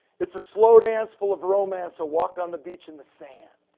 it's a slow dance full of romance or walk on the beach and the sand.